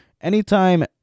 Anytime